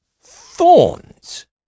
thorns